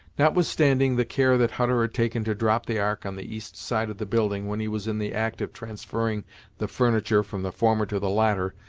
notwithstanding the care that hutter had taken to drop the ark on the east side of the building when he was in the act of transferring the furniture from the former to the latter,